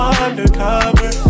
undercover